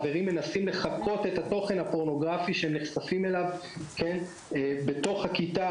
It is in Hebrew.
ילדים מנסים לחקות את התוכן הפורנוגרפיים שהם נחשפים אליו בתוך הכיתה.